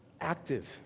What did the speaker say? active